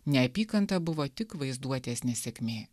neapykanta buvo tik vaizduotės nesėkmė